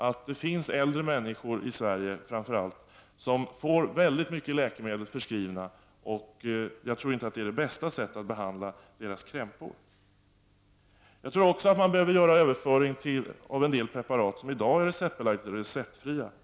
Det finns framför allt äldre människor i Sverige som får väldigt mycket läkemedel förskrivna. Jag tror inte att det är det bästa sättet att behandla deras krämpor. Dessutom tror jag att en del preparat som är receptbelagda bör göras receptfria.